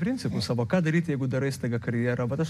principus savo ką daryti jeigu darai staiga karjera vat aš